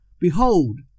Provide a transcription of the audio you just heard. behold